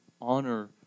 honor